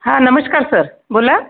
हां नमस्कार सर बोला